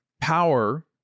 Power